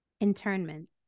Internment